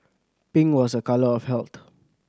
pink was a colour of health